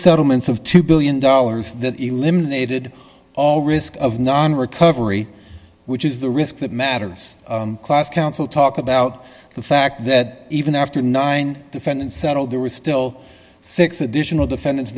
settlements of two billion dollars that eliminated all risk of non recovery which is the risk that matters class counsel talk about the fact that even after nine defendants settled there were still six additional defendants